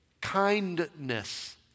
kindness